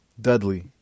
Dudley